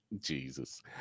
Jesus